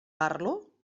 parlo